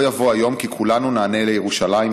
בוא יבוא היום שכולנו נעלה לירושלים,